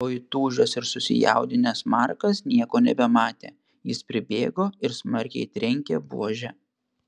o įtūžęs ir susijaudinęs markas nieko nebematė jis pribėgo ir smarkiai trenkė buože